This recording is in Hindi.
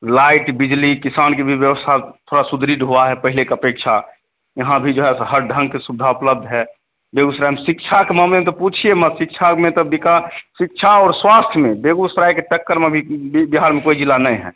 लाइट बिजली किसान की भी व्यवस्था थोड़ा सुधरित हुआ है पहले की अपेक्षा यहाँ भी जो है हर ढंग की सुविधा उपलब्ध है बेगूसराय में शिक्षा के मामले में तो पूछिए मत शिक्षा में तो विकास शिक्षा और स्वास्थ्य में बेगूसराय की टक्कर में भी ब बिहार में कोई ज़िला नहीं है